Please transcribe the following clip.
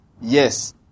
Yes